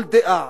כל דעה.